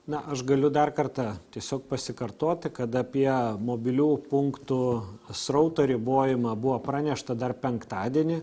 na aš galiu dar kartą tiesiog pasikartoti kad apie mobilių punktų srauto ribojimą buvo pranešta dar penktadienį